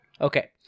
Okay